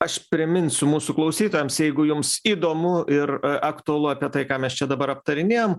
aš priminsiu mūsų klausytojams jeigu jums įdomu ir aktualu apie tai ką mes čia dabar aptarinėjam